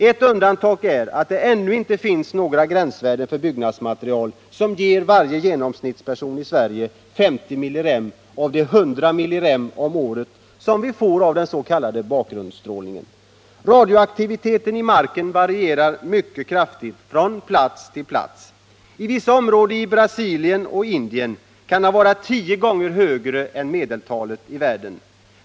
Ett undantag är att det ännu inte finns några gränsvärden för byggnadsmaterial som ger varje genomsnittsperson i Sverige 50 millirem av de 100 millirem om året som vi får av den s.k. bakgrundsstrålningen. Radioaktiviteten i marken varierar mycket kraftigt från plats till plats. I vissa områden i Brasilien och Indien kan den vara tio gånger högre än medeltalet i världen.